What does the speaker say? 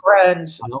friends